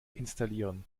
installieren